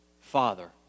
Father